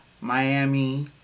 Miami